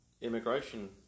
immigration